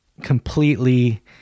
completely